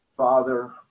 Father